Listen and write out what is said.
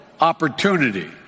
opportunity